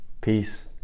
Peace